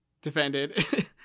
defended